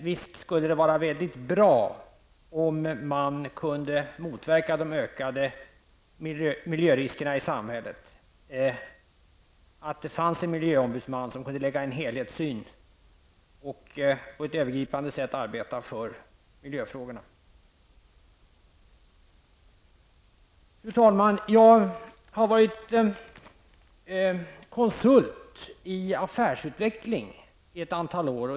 Visst skulle det vara mycket bra om man kunde motverka de ökade miljöriskerna i samhället och om det fanns en miljöombudsman som kunde anlägga en helhetssyn och arbeta på ett övergripande sätt för miljöfrågorna. Fru talman! Jag har varit konsult i affärsutveckling i ett antal år.